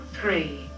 three